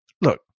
look